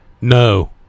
No